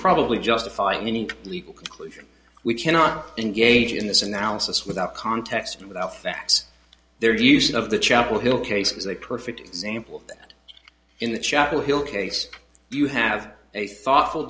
probably justify any legal conclusion we cannot engage in this analysis without context and without facts their use of the chapel hill case is a perfect example of that in the chapel hill case you have a thoughtful